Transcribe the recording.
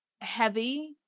heavy